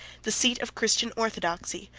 the seat of christian orthodoxy,